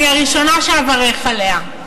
אני הראשונה שאברך עליה,